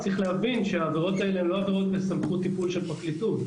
צריך להבין שהעבירות האלו הן לא עבירות בסמכות טיפול של פרקליטות.